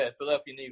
Philadelphia